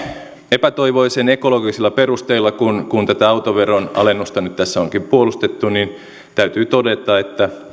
epätoivoisen ekologisilla perusteilla kuin tätä autoveron alennusta nyt tässä onkin puolustettu täytyy todeta että